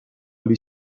gli